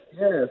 Yes